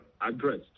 addressed